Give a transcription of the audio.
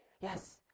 Yes